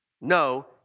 no